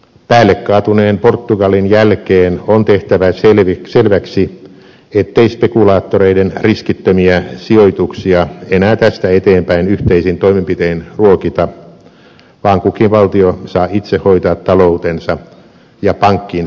päälle kaatuneen portugalin jälkeen on tehtävä selväksi ettei spekulaattoreiden riskittömiä sijoituksia enää tästä eteenpäin yhteisin toimenpitein ruokita vaan kukin valtio saa itse hoitaa taloutensa ja pankkinsa kuntoon